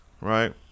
right